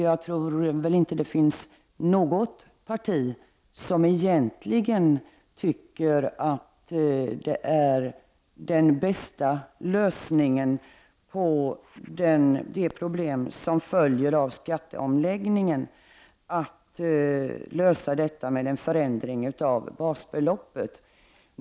Jag tror inte att det finns något parti som egentligen tycker att den bästa lösningen på de problem som följer av skatteomläggningen är en förändring av basbeloppet.